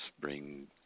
bring